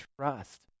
trust